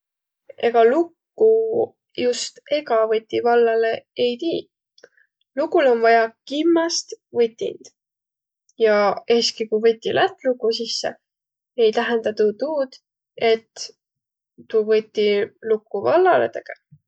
Egaq lukku just egä võti vallalõ ei tiiq. Lukul om vaja kimmäst võtind. Ja es'ki ku võti lätt luku sisse, ei tähendä tuu tuud, et tuu võti lukku vallalõ tege.